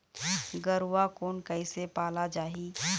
गरवा कोन कइसे पाला जाही?